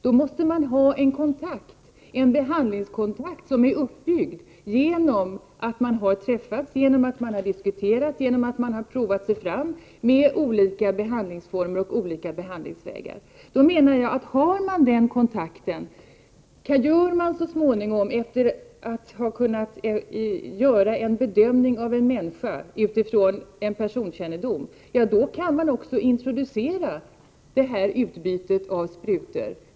Man måste ha en behandlingskontakt, som är uppbyggd genom att man har träffats, att man har diskuterat och provat sig fram med olika behandlingsformer och behandlingsvägar. Har man den kontakten och gör man så småningom en bedömning av en människa utifrån en personkännedom, då kan man också introducera det här utbytet av sprutor.